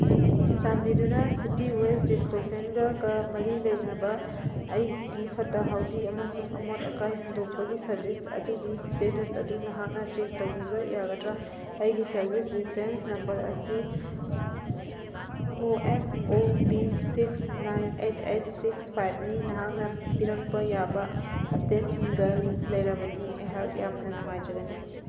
ꯆꯥꯟꯕꯤꯗꯨꯅ city waste ꯗꯤꯁꯄꯣꯖꯦꯜꯒ ꯀ ꯃꯔꯤ ꯂꯩꯅꯕ ꯑꯩꯒꯤ ꯐꯠꯇ ꯍꯥꯎꯗꯤ ꯑꯃꯁꯨꯡ ꯑꯃꯣꯠ ꯑꯀꯥꯏ ꯍꯨꯟꯗꯣꯛꯄꯒꯤ ꯁꯔꯚꯤꯁ ꯑꯗꯨꯒꯤ ꯏꯁꯇꯦꯇꯁ ꯑꯗꯨ ꯅꯍꯥꯛꯅ ꯆꯦꯛ ꯇꯧꯕꯤꯕ ꯌꯥꯒꯗ꯭ꯔꯥ ꯑꯩꯒꯤ ꯁꯔꯚꯤꯁ ꯔꯤꯐ꯭ꯔꯦꯟꯁ ꯅꯝꯕꯔ ꯑꯁꯤ O F O P six nine eight eight six ꯐꯥꯏꯚꯅꯤ ꯅꯍꯥꯛꯅ ꯄꯤꯔꯛꯄ ꯌꯥꯕ ꯑꯞꯗꯦꯠꯁꯤꯡꯒ ꯂꯩꯔꯕꯗꯤ ꯑꯩꯍꯥꯛ ꯌꯥꯝꯅ ꯅꯨꯡꯉꯥꯏꯖꯒꯅꯤ